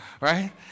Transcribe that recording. right